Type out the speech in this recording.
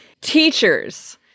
Teachers